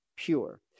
pure